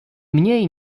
mniej